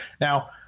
Now